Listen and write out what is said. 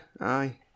aye